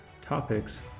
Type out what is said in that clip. topics